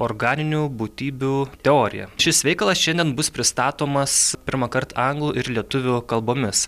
organinių būtybių teorija šis veikalas šiandien bus pristatomas pirmąkart anglų ir lietuvių kalbomis